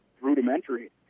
rudimentary